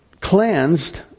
cleansed